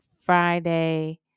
Friday